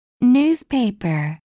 Newspaper